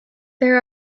there